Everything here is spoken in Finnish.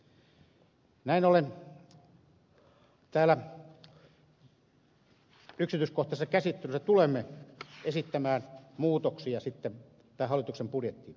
näin ollen täällä yksityiskohtaisessa käsittelyssä tulemme esittämään muutoksia sitten tähän hallituksen budjettiin